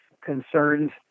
concerns